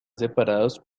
separados